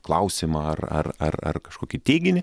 klausimą ar ar ar kažkokį teiginį